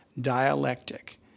dialectic